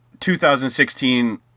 2016